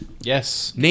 Yes